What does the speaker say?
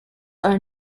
are